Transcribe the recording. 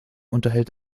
unterhält